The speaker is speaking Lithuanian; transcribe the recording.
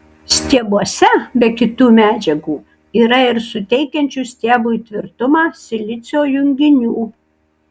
stiebuose be kitų medžiagų yra ir suteikiančių stiebui tvirtumą silicio junginių